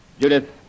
Judith